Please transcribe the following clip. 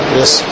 yes